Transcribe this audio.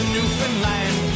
Newfoundland